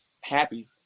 happy